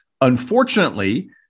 Unfortunately